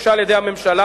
שהוגשה על-ידי הממשלה,